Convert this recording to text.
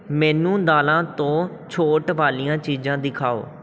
ਮੈਨੂੰ ਦਾਲਾਂ ਤੋਂ ਛੋਟ ਵਾਲੀਆਂ ਚੀਜ਼ਾਂ ਦਿਖਾਓ